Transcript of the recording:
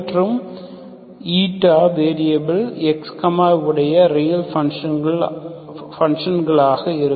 மற்றும் variable Xy உடைய real function இருக்கும்